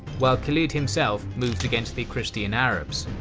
while khalid himself moved against the christian arabs.